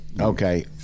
Okay